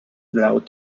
allowed